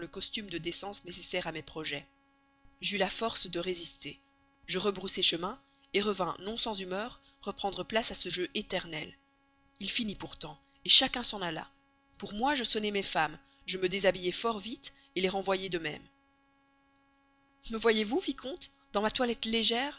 de décence nécessaire à mes projets j'eus la force de résister je rebroussai chemin revins non sans humeur reprendre place à ce jeu éternel il finit pourtant chacun s'en alla pour moi je sonnai mes femmes je me déshabillai fort vite les renvoyai de même me voyez-vous vicomte dans ma toilette légère